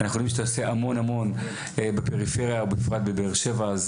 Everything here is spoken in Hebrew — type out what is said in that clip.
אנחנו יודעים שאתה עושה המון בפריפריה ובפרט בבאר שבע,